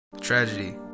Tragedy